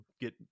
get